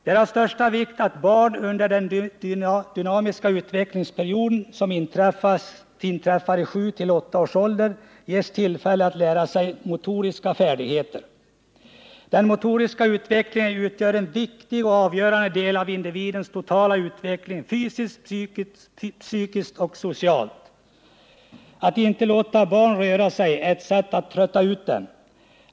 Det är av största vikt att barn under den dynamiska utvecklingsperioden, som inträffar vid 7—10 års ålder, ges tillfälle att lära sig motoriska färdigheter. Den motoriska utvecklingen utgör en viktig och avgörande del av individens totala utveckling, fysiskt, psykiskt och socialt. Att inte låta barn röra sig är ett sätt att trötta ut dem.